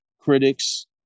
critics